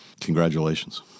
Congratulations